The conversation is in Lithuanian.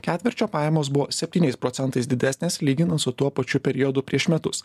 ketvirčio pajamos buvo septyniais procentais didesnės lyginan su tuo pačiu periodu prieš metus